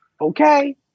Okay